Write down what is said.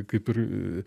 kaip ir